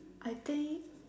I think